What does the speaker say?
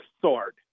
sword